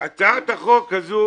הצעת החוק הזו